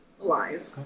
alive